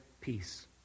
peace